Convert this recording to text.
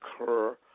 occur